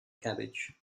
cabbage